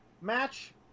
match